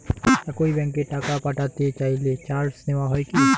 একই ব্যাংকে টাকা পাঠাতে চাইলে চার্জ নেওয়া হয় কি?